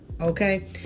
okay